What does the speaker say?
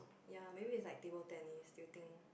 ya maybe is like table tennis do you think